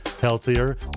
healthier